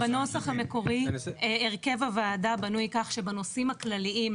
בנוסח המקורי הרכב הוועדה בנוי כך שבנושאים הכלליים,